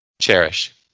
Cherish